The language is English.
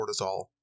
cortisol